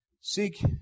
seek